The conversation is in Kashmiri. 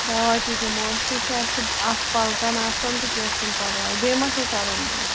اَوا تہِ دِمو أسے چھِ اَسہِ چھُ اکھ پَلٹَن آسان تہٕ کیٚنٛہہ چھُنہٕ پَرواے بیٚیہِ ما چھُو کَرُن کیٚنٛہہ